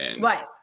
Right